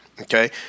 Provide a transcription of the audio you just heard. okay